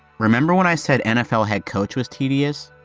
remember, when i said nfl head coach was tedious?